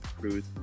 cruise